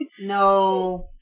No